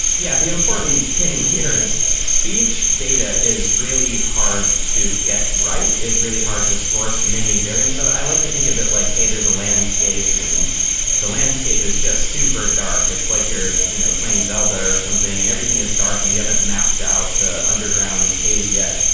yeah, the important thing here is speech data is really hard to get right. it's really hard to source many variance of it. i like to think of it like, hey, there's a landscape, and the landscape is just super dark. it's like you're you know playing zelda or something and everything is dark and you haven't mapped out the underground cave yet,